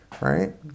right